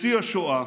בשיא השואה,